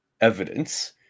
evidence